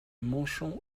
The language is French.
manchon